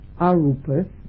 arupas